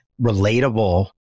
relatable